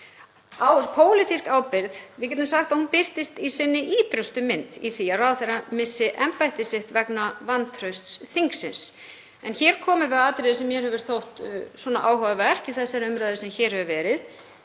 að pólitísk ábyrgð birtist í sinni ýtrustu mynd í því að ráðherra missi embætti sitt vegna vantrausts þingsins. En hér komum við að atriði sem mér hefur þótt áhugavert í þessari umræðu sem hér hefur verið.